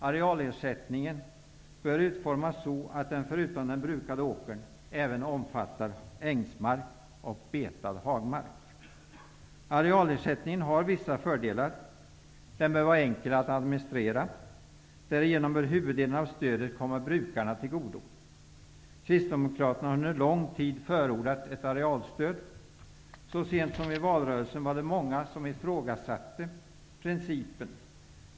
Arealersättningen bör utformas så, att den förutom den brukade åkern även omfattar ängsmark och betad hagmark. Arealersättningen har vissa fördelar. Den bör vara enkel att administrera. Därigenom kan huvuddelen av stödet komma brukarna till godo. Kristdemokraterna har under lång tid förordat ett arealstöd. Så sent som i valrörelsen ifrågasatte många principen om arealstöd.